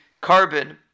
carbon